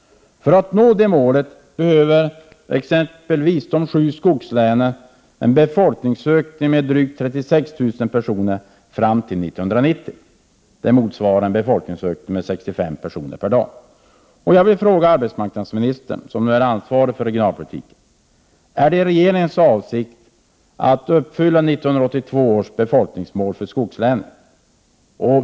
För att nå detta mål behöver exempelvis de sju skogslänen en befolkningsökning med drygt 36 000 personer fram till 1990. Det motsvarar ca 65 personer per dag. Jag vill därför fråga arbetsmarknadsministern, som nu är ansvarig regionalpolitiken: Är det regeringens avsikt att uppfylla 1982 års befolkningsmål för skogslänen?